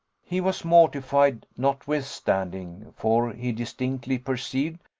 he was mortified, notwithstanding for he distinctly perceived,